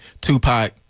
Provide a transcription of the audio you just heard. Tupac